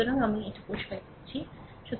সুতরাং আমাকে এটি পরিষ্কার করুন ঠিক আছে